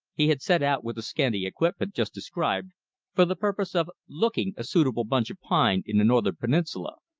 he had set out with the scanty equipment just described for the purpose of looking a suitable bunch of pine in the northern peninsula,